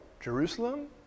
Jerusalem